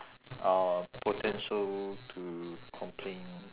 uh potential to complain